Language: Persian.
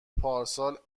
پارسال